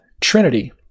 Trinity